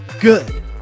good